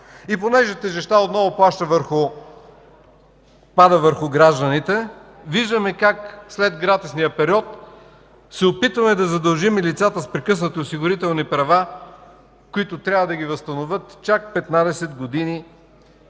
Понеже тежестта отново пада върху гражданите, виждаме как след гратисния период се опитваме да задължим лицата с прекъснати осигурителни права да ги възстановят чак 15 години